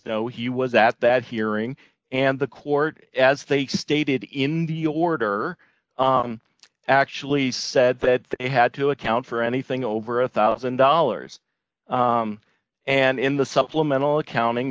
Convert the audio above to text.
know he was at that hearing and the court as they stated in the order actually said that they had to account for anything over a one thousand dollars and in the supplemental accounting